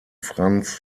frans